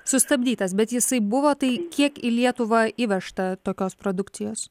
sustabdytas bet jisai buvo tai kiek į lietuvą įvežta tokios produkcijos